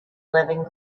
living